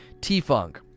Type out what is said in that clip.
T-Funk